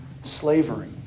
slavery